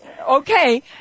Okay